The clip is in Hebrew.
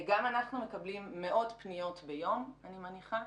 גם אנחנו מקבלים מאות פניות ביום, אני מניחה.